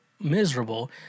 miserable